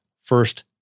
first